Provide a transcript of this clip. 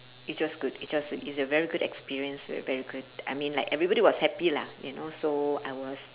it was good it was it's a very good experience a very good I mean like everybody was happy lah you know so I was